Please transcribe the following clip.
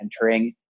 entering